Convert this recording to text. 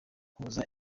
huza